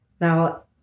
Now